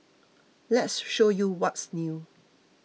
let's show you what's new